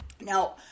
Now